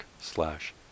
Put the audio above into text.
slash